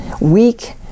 weak